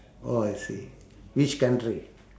oh I see which country